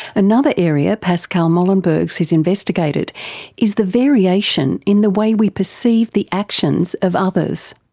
another area pascal molenberghs has investigated is the variation in the way we perceive the actions of others.